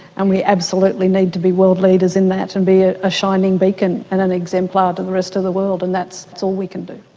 and we absolutely need to be world leaders in that and be ah a shining beacon and an exemplar to the rest of the world, and that's that's all we can do.